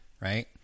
right